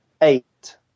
eight